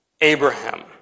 Abraham